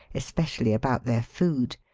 especially about their food.